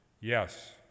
Yes